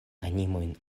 animojn